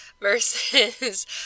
versus